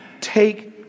take